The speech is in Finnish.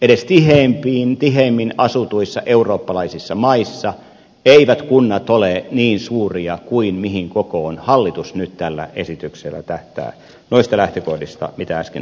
edes tiheimmin tiheimmin asutuissa eurooppalaisissa maissa eivät kunnat ole niin suuria kuin mihin kokoon hallitus nyt tällä esityksellä tähtää noista lähtökohdista mitä äsken tässä sanoin